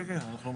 כן, כן.